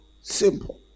Simple